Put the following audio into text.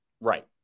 Right